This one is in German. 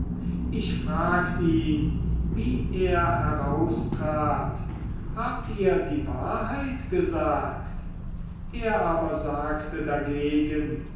ich fragt ihn wie er heraustrat habt ihr die wahrheit gesagt er aber sagte dagegen